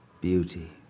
beauty